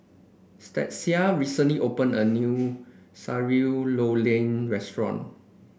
Stasia recently opened a new Sayur Lodeh Restaurant